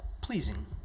pleasing